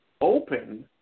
open